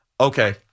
okay